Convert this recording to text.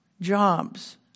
jobs